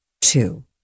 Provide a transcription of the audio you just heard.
Two